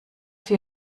vier